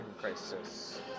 Crisis*